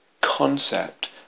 concept